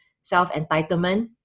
self-entitlement